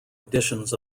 editions